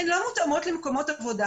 הן לא מותאמות למקומות עבודה